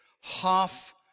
half